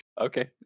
Okay